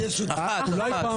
אחת, אופיר.